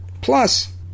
Plus